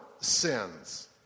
sins